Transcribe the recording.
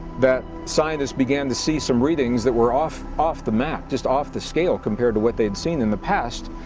that scientists began to see some readings that were off off the map, just off the scale compared to what they had seen in the past.